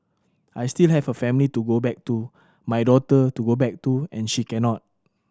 I still have a family to go back to my daughter to go back to and she cannot